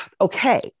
okay